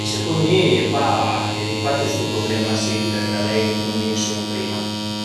secund mi a ie pa tüt stu prublema si d'avei dë cunvinsiun prima